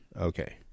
Okay